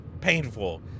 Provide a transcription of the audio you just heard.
painful